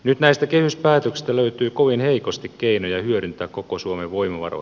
nyt näistä kehyspäätöksistä löytyy kovin heikosti keinoja hyödyntää koko suomen voimavaroja